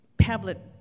tablet-